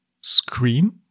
scream